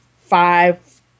five